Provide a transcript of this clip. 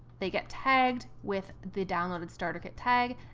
they get tagged with the downloaded starter kit tag,